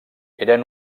eren